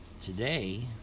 today